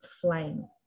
flame